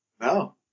No